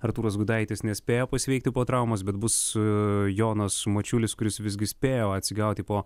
artūras gudaitis nespėjo pasveikti po traumos bet bus jonas mačiulis kuris visgi spėjo atsigauti po